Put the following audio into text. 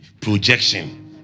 projection